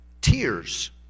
tears